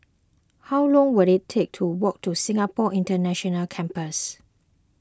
how long will it take to walk to Singapore International Campus